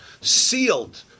sealed